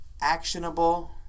actionable